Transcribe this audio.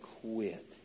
quit